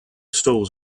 stalls